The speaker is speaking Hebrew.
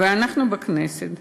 ואנחנו בכנסת,